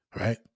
right